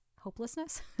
hopelessness